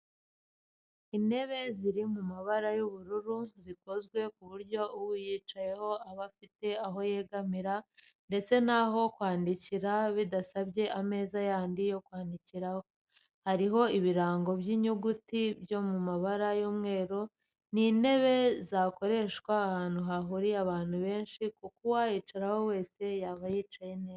Intebe ziri mu ibara ry'ubururu zikozwe ku buryo uyicayeho aba afite aho yegamira ndetse n'aho kwandikira bidasabye ameza yandi yo kwandikiraho, hariho ibirango by'inyuguti byo mw'ibara ry'umweru. Ni intebe zakoreshwa ahantu hahuriye abantu benshi kuko uwayicaraho wese yaba yicaye neza.